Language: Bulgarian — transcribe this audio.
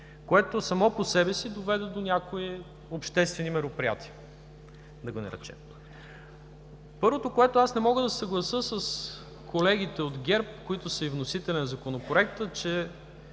Това само по себе си доведе до някои обществени мероприятия, да го наречем. Първото, с което аз не мога да се съглася с колегите от ГЕРБ, които са и вносители на Законопроекта,